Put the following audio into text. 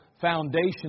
foundation